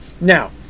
Now